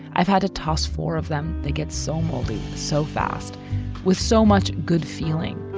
i've had to toss four of them. they get so moldy so fast with so much good feeling.